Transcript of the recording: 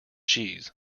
cheese